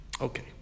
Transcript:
Okay